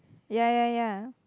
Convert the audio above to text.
ya ya ya